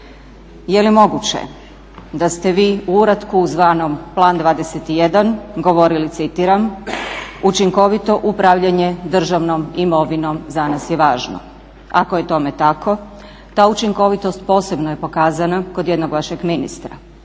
Je li moguće da ste vi u uratku zvanom Plan 21 govorili, citiram: "Učinkovito upravljanje državnom imovinom za nas je važno."? Ako je tome tako, ta učinkovitost posebno je pokazana kod jednog vašeg ministra